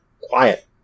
quiet